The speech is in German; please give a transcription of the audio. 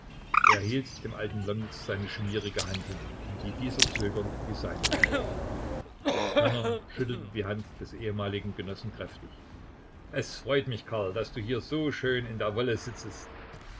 hielt dem alten lomnitz seine schmierige hand hin in die dieser zögernd die seine legte kerner schüttelte die hand des ehemaligen genossen kräftig es freut mich karl daß du hier so schön in der wolle sitzest